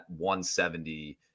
170